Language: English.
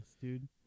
dude